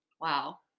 wow